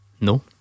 No